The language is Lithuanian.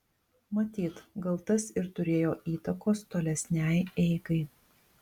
matyt gal tas ir turėjo įtakos tolesnei eigai